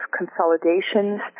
consolidations